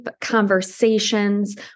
conversations